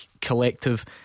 Collective